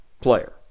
player